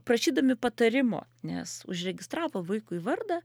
prašydami patarimo nes užregistravo vaikui vardą